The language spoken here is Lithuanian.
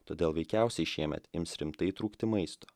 todėl veikiausiai šiemet ims rimtai trūkti maisto